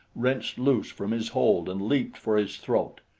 wrenched loose from his hold and leaped for his throat.